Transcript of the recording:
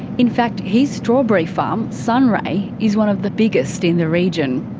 in fact his strawberry farm, sunray, is one of the biggest in the region.